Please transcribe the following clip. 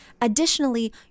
Additionally